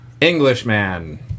Englishman